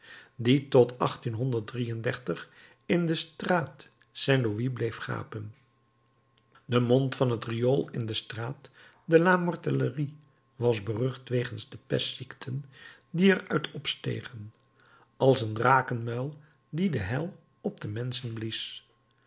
die tot in de straat saint louis bleef gapen de mond van het riool in de straat de la mortellerie was berucht wegens de pestziekten die er uit opstegen als een drakenmuil die de hel op de menschen blies